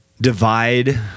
divide